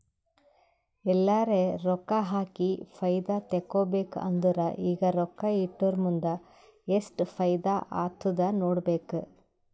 ಎಲ್ಲರೆ ರೊಕ್ಕಾ ಹಾಕಿ ಫೈದಾ ತೆಕ್ಕೋಬೇಕ್ ಅಂದುರ್ ಈಗ ರೊಕ್ಕಾ ಇಟ್ಟುರ್ ಮುಂದ್ ಎಸ್ಟ್ ಫೈದಾ ಆತ್ತುದ್ ನೋಡ್ಬೇಕ್